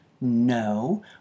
no